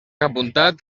apuntat